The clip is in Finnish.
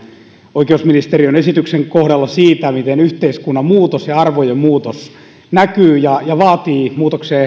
oikeusministeriön esityksen kohdalla siitä miten yhteiskunnan muutos ja arvojen muutos näkyy ja ja vaatii muutoksia